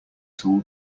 tool